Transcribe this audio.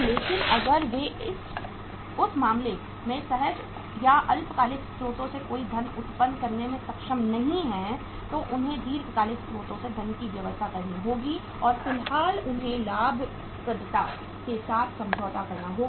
लेकिन अगर वे उस मामले में सहज या अल्पकालिक स्रोतों से कोई धन उत्पन्न करने में सक्षम नहीं हैं तो उन्हें दीर्घकालिक स्रोतों से धन की व्यवस्था करनी होगी और फिलहाल उन्हें लाभप्रदता के साथ समझौता करना होगा